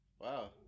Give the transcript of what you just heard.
Wow